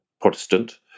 Protestant